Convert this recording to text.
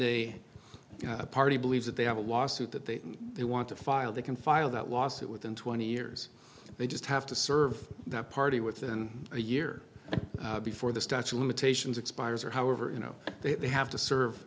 a party believes that they have a lawsuit that they they want to file they can file that lawsuit within twenty years they just have to serve the party within a year before the statue of limitations expires or however you know they have to serve